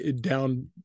down